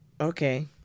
okay